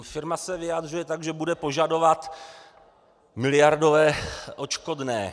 Firma se vyjadřuje tak, že bude požadovat miliardové odškodné.